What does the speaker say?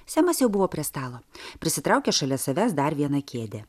semas jau buvo prie stalo prisitraukė šalia savęs dar vieną kėdę